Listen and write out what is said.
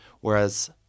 Whereas